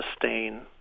sustain